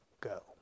go